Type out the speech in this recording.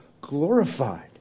glorified